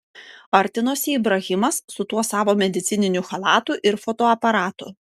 artinosi ibrahimas su tuo savo medicininiu chalatu ir fotoaparatu